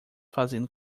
fazendo